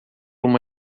uma